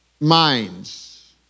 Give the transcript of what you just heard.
Minds